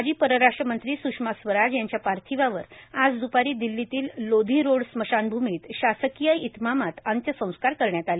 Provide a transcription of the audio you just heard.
माजी परराष्ट्र मंत्री स्षमा स्वराज यांच्या पार्थिवावर आज द्रपारी दिल्लीतील लोधी रोड स्मशानभूमीत शासकीय इतमामात अंत्यसंस्कार करण्यात आले